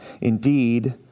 Indeed